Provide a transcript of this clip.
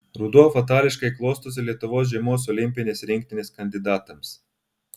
ruduo fatališkai klostosi lietuvos žiemos olimpinės rinktinės kandidatams